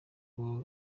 kuki